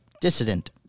Dissident